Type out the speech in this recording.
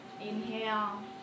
inhale